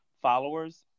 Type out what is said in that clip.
followers